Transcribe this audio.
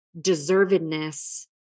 deservedness